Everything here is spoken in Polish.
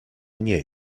nie